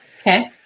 Okay